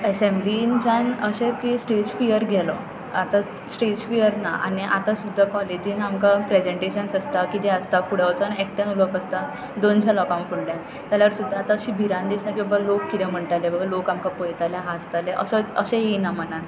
एसॅम्लीनच्यान अशें की stage fear गेलो आतां स्टेज फियर ना आनी आतां सुद्दां कॉलेजीन आमकां प्रॅजँटेशन्स आसता किदें आसता फुडें वचून एकट्यान उलोवप आसता दोनश्या लोकां फुडल्यान जाल्यार सुद्दां आतां अशी भिरांत दिसना की बाबा लोक किदें म्हणटले बाबा लोक आमकां पळयतले हांसतले असो अशें येयना मनान